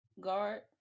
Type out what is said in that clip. Guard